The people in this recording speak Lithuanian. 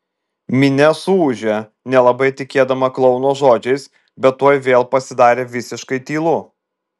minia suūžė nelabai tikėdama klouno žodžiais bet tuoj vėl pasidarė visiškai tylu